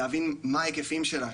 להבין מה ההיקפים שלה,